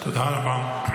תודה רבה.